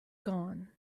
gone